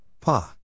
Pa